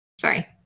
Sorry